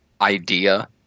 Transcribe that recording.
idea